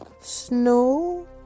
Snow